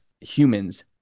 humans